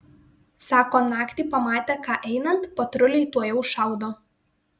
sako naktį pamatę ką einant patruliai tuojau šaudo